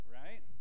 right